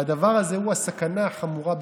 והדבר הזה הוא הסכנה החמורה ביותר,